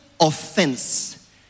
offense